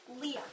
Leah